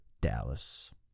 Dallas